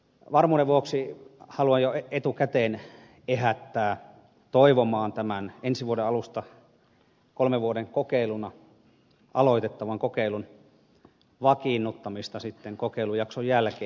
varmuuden vuoksi haluan jo etukäteen ehättää toivomaan tämän ensi vuoden alusta kolmen vuoden kokeiluna aloitettavan kokeilun vakiinnuttamista sitten kokeilujakson jälkeen